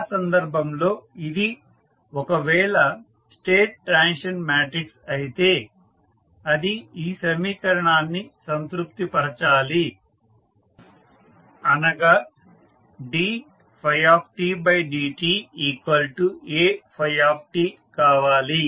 ఆ సందర్భంలో ఇది ఒకవేళ స్టేట్ ట్రాన్సిషన్ మాట్రిక్స్ అయితే అది ఈ సమీకరణాన్ని సంతృప్తి పరచాలి అనగా dφdtAφt కావాలి